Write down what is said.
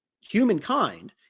humankind